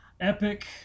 epic